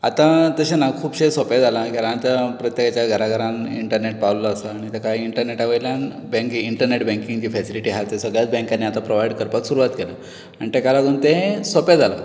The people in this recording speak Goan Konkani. आतां तशें ना खुबशें सोंपें जाला घरांत प्रत्येकाच्या घरा घरान इन्टर्नेट पावल्लो आसा आनी ताका इन्टर्नेटा वयल्यान बँकिंग इन्टर्नेट बँकिंग ही फ्यासिलीटी आसा सगळ्यांत बँकांनी आता प्रवाइड करपाक सुरवात केल्या आनी ताका लागून तें सोंपें जालां